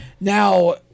Now